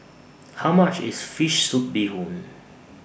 How much IS Fish Soup Bee Hoon